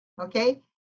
Okay